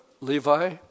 Levi